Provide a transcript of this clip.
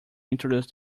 introduce